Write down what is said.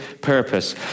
purpose